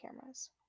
cameras